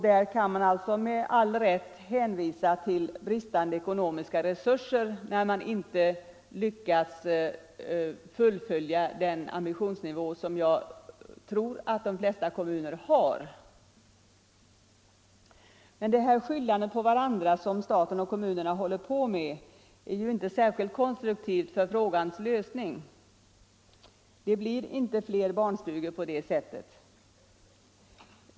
De kan alltså med all rätt hänvisa till bristande ekonomiska resurser när de inte lyckas nå upp till den ambitionsnivå som jag tror att de flesta kommuner har. Det här skyllandet på varandra som staten och kommunerna håller på med är ju inte särskilt konstruktivt för frågans lösning. Det blir inte fler barnstugor på det sättet.